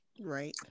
Right